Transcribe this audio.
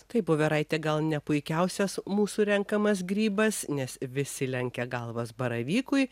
kaip voveraitė gal ne puikiausias mūsų renkamas grybas nes visi lenkia galvas baravykui